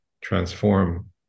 transform